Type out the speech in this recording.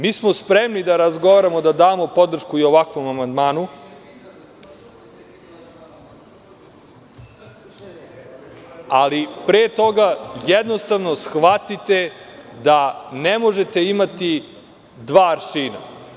Mi smo spremni da razgovaramo i da damo podršku i ovakvom amandmanu, ali pre toga jednostavno shvatite da ne možete imati dva aršina.